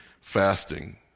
fasting